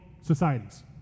societies